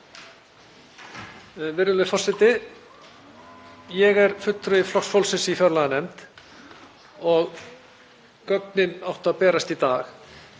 Virðulegur forseti. Ég er fulltrúi Flokks fólksins í fjárlaganefnd og gögnin áttu að berast í dag.